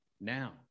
now